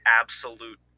absolute